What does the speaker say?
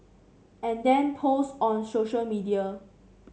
and then post on social media